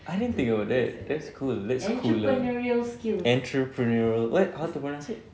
I didn't think about that that's cool that's cooler entrepru~ what how to pronounce it